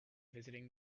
visiting